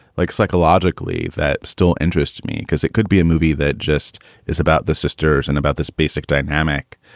like psychologically that still interests me because it could be a movie that just is about the sisters and about this basic dynamic.